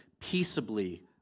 peaceably